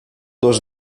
dos